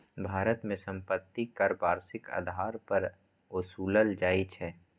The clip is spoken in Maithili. भारत मे संपत्ति कर वार्षिक आधार पर ओसूलल जाइ छै